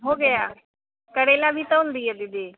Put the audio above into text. हो गया करेला भी तौल दिए दीदी